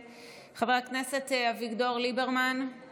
חברת הכנסת אימאן ח'טיב יאסין,